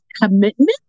commitment